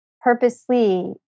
purposely